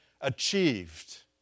achieved